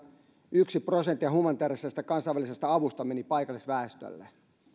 yksi prosentti humanitaarisesta kansainvälisestä avusta meni paikallisväestölle